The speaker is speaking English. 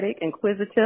inquisitive